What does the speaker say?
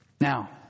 Now